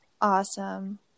Awesome